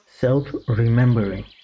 self-remembering